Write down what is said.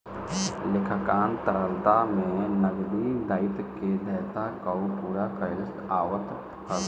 लेखांकन तरलता में नगदी दायित्व के देयता कअ पूरा कईल आवत हवे